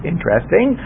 Interesting